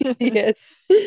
yes